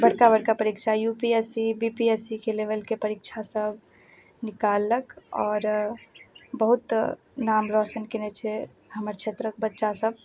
बड़का बड़का परीक्षा यूपीएससी बीपीएससी के लेवलके परीक्षा सब निकाललक और बहुत नाम रौशन केने छै हमर क्षेत्रक बच्चा सब